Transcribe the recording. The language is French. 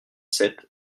sept